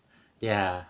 ya